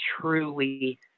truly